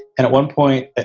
and at one point,